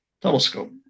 telescope